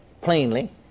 plainly